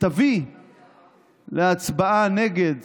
תביא להצבעה נגד